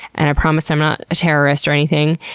and i promise i'm not a terrorist or anything,